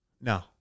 No